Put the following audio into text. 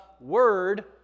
Word